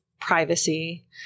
privacy